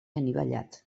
anivellat